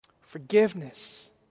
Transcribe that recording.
Forgiveness